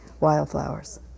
wildflowers